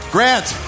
Grant